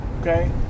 Okay